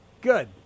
Good